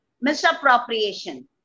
misappropriation